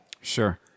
Sure